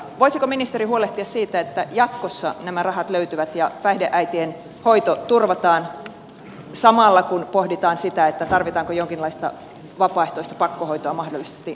voisiko ministeri huolehtia siitä että jatkossa nämä rahat löytyvät ja päihdeäitien hoito turvataan samalla kun pohditaan sitä tarvitaanko jonkinlaista vapaaehtoista pakkohoitoa mahdollisesti näille äideille